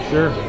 Sure